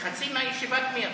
חצי מישיבת מיר.